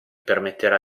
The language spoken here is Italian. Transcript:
permetterà